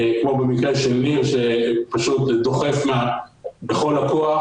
כמו במקרה של ניר שפשוט דוחף בכל הכוח,